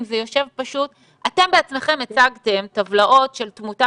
אתם בעצמכם הצגתם טבלאות של תמותה